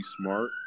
smart